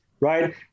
right